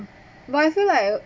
but I feel like